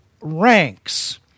ranks